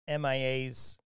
MIAs